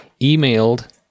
emailed